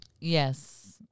Yes